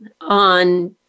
on